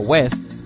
West